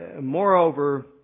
moreover